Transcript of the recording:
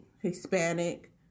Hispanic